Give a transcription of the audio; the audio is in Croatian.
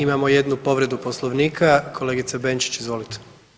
Imamo jednu povredu Poslovnika, kolegice Benčić izvolite.